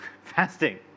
fasting